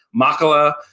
Makala